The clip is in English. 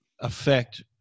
affect